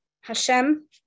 Hashem